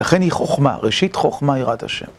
לכן היא חוכמה, ראשית חוכמה יראת ה'.